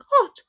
God